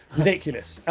ridiculous.